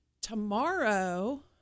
Tomorrow